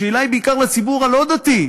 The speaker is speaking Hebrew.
השאלה היא בעיקר לציבור הלא-דתי,